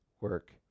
work